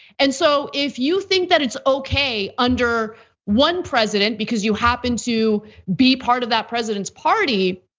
and so if you think that it's okay under one president, because you happen to be part of that president's party,